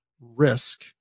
risk